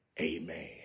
amen